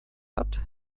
hat